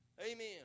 Amen